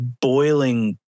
boiling